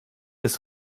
des